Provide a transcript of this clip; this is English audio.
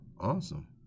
Awesome